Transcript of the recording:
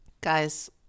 guys